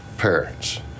parents